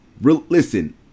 listen